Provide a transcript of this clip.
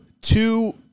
two